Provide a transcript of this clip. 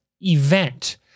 event